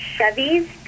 Chevy's